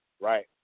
right